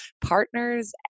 partners